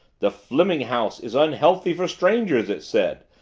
the fleming house is unhealthy for strangers it said.